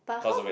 not so bad